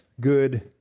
good